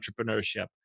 entrepreneurship